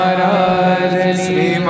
Sri